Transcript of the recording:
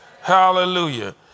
Hallelujah